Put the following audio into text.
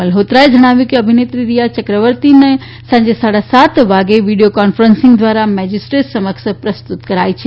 મલ્હોત્રાએ જણાવ્યું કે અભિનેત્રી રીયા યક્રવર્તીનાં સાંજે સાડા સાત વાગ્યે વીડીયો કોન્ફરન્સીંગ દ્રારા મજીસ્ટ્રેટ સમક્ષ પ્રસ્તુત કરાઈ છે